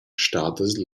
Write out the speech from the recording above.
stadas